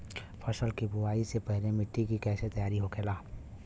फसल की बुवाई से पहले मिट्टी की कैसे तैयार होखेला?